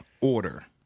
order